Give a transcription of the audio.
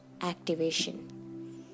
Activation